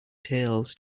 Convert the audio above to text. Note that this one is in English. tales